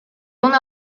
una